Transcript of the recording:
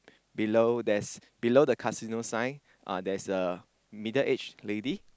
below there's below the casino sign uh there is a middle age lady